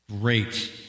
great